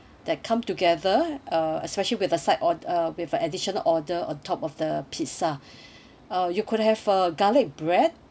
that come together uh especially with a side or~ uh with a additional order on top of the pizza uh you could have a garlic bread